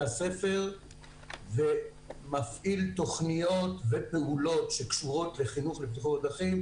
הספר ומפעיל תוכניות ופעולות שקשורות לחינוך לבטיחות בדרכים,